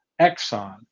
Exxon